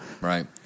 right